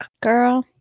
girl –